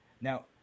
Now